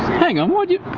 hang on, why'd you